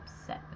upset